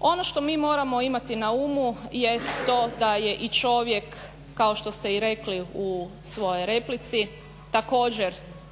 Ono što mi moramo imati na umu jest to da je i čovjek kao što ste i rekli u svojoj replici također